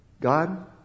God